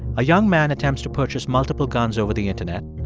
a young man attempts to purchase multiple guns over the internet.